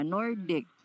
Nordic